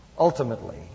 ultimately